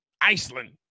Iceland